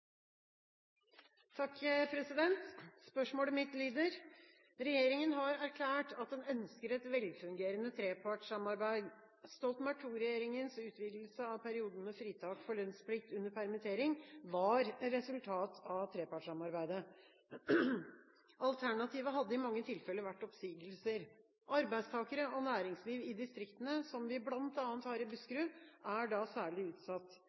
Spørsmålet mitt lyder: «Regjeringa har erklært at den ønsker et velfungerende trepartssamarbeid. Stoltenberg II-regjeringas utvidelse av perioden med fritak for lønnsplikt under permittering var resultat av trepartssamarbeidet. Alternativet hadde i mange tilfeller vært oppsigelser. Arbeidstakere og næringsliv i distriktene, som vi bl.a. har i Buskerud, er da særlig utsatt.